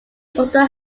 also